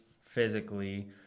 physically